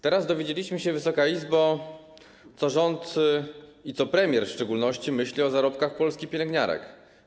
Teraz dowiedzieliśmy się, Wysoka Izbo, co rząd, co premier w szczególności myśli o zarobkach polskich pielęgniarek.